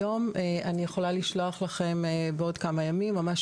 היום אני יכולה לשלוח לכם בעוד כמה ימים ממש